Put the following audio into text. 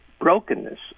brokenness